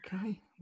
Okay